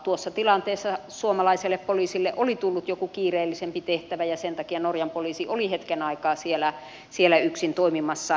tuossa tilanteessa suomalaiselle poliisille oli tullut joku kiireellisempi tehtävä ja sen takia norjan poliisi oli hetken aikaa siellä yksin toimimassa